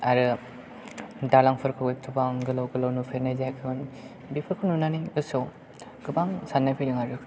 आरो दालांफोरखौ एथ'बां गोलाव गोलाव नुफेरनाय जायाखैमोन बेफोरखौ नुनानै गोसोआव गोबां साननाय फैदों आरो